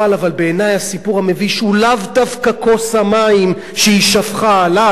אבל בעיני הסיפור המביש הוא לאו דווקא כוס המים שהיא שפכה עליו,